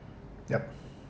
yup